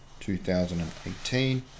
2018